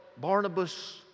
Barnabas